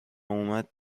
اومد